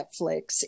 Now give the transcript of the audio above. Netflix